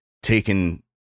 taken